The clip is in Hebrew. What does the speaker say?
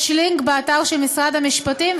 יש לינק באתר של משרד המשפטים,